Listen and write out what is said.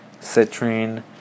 Citrine